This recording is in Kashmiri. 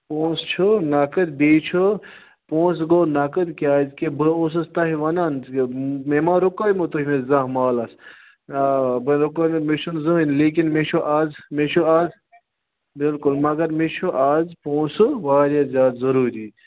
پونسہٕ چھُ نقٕد بیٚیہِ چھُ پونسہٕ گوٚو نقٕد کیازِ کہِ بہٕ اوسو تۄہہِ وَنان یہِ مےٚ ما رُکٲے مو تُہۍ زانہہ مالَس آ بہٕ دَپو تۄہہِ مےٚ چھُنہٕ زٕہٕنۍ لیکِن مےٚ چھُ آز مےٚ چھُ آز بلکُل مگر مےٚ چھُ آز پونسہِٕ واریاہ زیادٕ ضروٗری